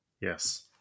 Yes